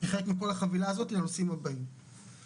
ההיתר של כל המבנה.." אז הוא לא יודע על מה הוא מדבר.